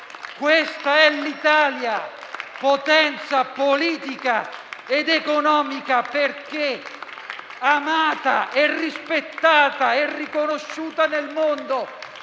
Questa è l'Italia: potenza politica ed economica perché amata, rispettata e riconosciuta nel mondo